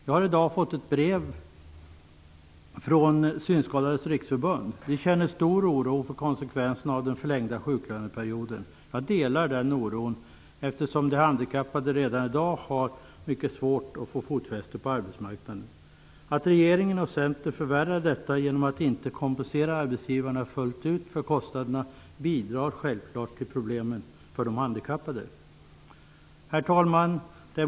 Jag har i dag fått brev från Synskadades Riksförbund. Man känner stor oro för konsekvenserna av en förlängd sjuklöneperiod. Jag delar den oron, eftersom de handikappade redan i dag har mycket svårt att få fotfäste på arbetsmarknaden. Att regeringen och Centern förvärrar det hela genom att inte kompensera arbetsgivarna fullt ut för kostnaderna bidrar självklart till problemen för de handikappade. Herr talman!